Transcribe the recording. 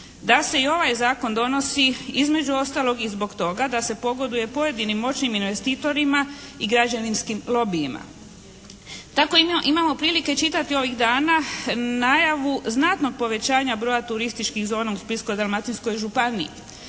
da se i ovaj zakon donosi između ostaloga i zbog toga da se pogoduje moćnim investitorima i građevinskim lobijima. Tako imamo prilike čitati ovih dana najavu znatnog broja turistički zona u Splitsko-dalmatinskoj županiji.